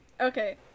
Okay